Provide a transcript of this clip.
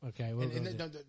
Okay